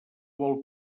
vol